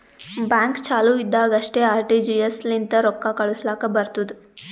bank ಚಾಲು ಇದ್ದಾಗ್ ಅಷ್ಟೇ ಆರ್.ಟಿ.ಜಿ.ಎಸ್ ಲಿಂತ ರೊಕ್ಕಾ ಕಳುಸ್ಲಾಕ್ ಬರ್ತುದ್